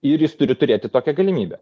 ir jis turi turėti tokią galimybę